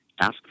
ask